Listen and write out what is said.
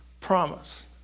promise